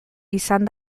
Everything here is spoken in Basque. izan